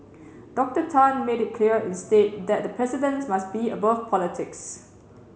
Doctor Tan made it clear instead that the president must be above politics